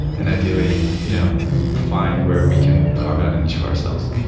and ideally, you know find where we can carve out a niche for ourselves.